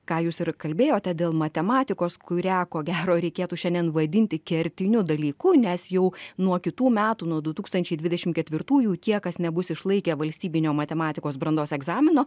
ką jūs ir kalbėjote dėl matematikos kurią ko gero reikėtų šiandien vadinti kertiniu dalyku nes jau nuo kitų metų nuo du tūkstančiai dvidešim ketvirtųjų tie kas nebus išlaikę valstybinio matematikos brandos egzamino